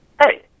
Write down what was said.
Hey